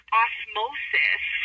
osmosis